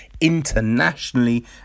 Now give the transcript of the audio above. internationally